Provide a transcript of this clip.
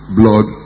blood